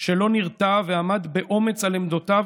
שלא נרתע ועמד באומץ על עמדותיו,